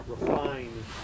refine